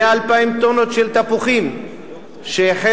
מ-2,000 טונות של תפוחים ב-2005,